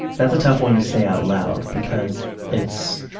that's a tough one to say out loud, because it's,